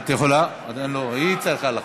את יכולה, עדיין לא, היא צריכה להחליט.